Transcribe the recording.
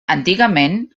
antigament